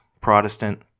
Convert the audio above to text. Protestant